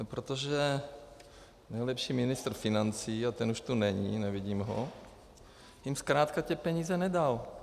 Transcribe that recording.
Protože nejlepší ministr financí, a ten už tu není, nevidím ho, jim zkrátka ty peníze nedal.